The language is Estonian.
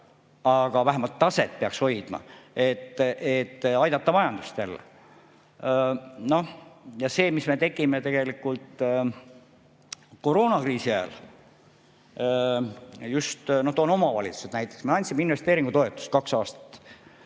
Aga vähemalt taset peaks hoidma, et aidata majandust jälle. Ja see, mis me tegime tegelikult koroonakriisi ajal, toon just omavalitsused näiteks – me andsime investeeringutoetust kaks aastat.